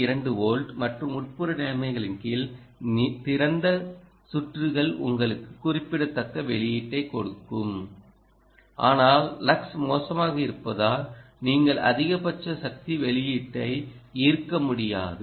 2 volt மற்றும் உட்புற நிலைமைகளின் கீழ் திறந்த சுற்றுகள் உங்களுக்கு குறிப்பிடத்தக்க வெளியீட்டைக் கொடுக்கும் ஆனால் லக்ஸ் மோசமாக இருப்பதால் நீங்கள் அதிக சக்தி வெளியீட்டை ஈர்க்க முடியாது